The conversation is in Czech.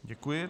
Děkuji.